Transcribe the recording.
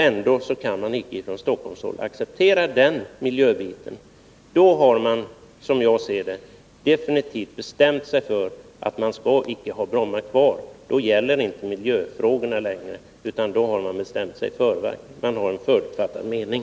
Ändå kan man från Stockholmshåll icke acceptera den miljöbiten. Som jag ser det har man definitivt bestämt sig för att icke ha kvar Bromma. Då gäller det inte längre miljöfrågorna, utan då har man bestämt sig. Man har en förutfattad mening.